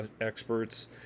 experts